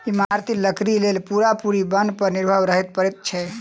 इमारती लकड़ीक लेल पूरा पूरी बन पर निर्भर रहय पड़ैत छै